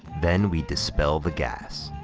then, we dispel the gas.